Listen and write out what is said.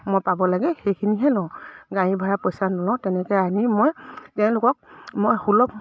মই পাব লাগে সেইখিনিহে লওঁ গাড়ী ভাড়া পইচা নলওঁ তেনেকৈ আনি মই তেওঁলোকক মই সুলভ